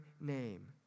name